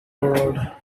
world